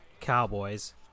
Cowboys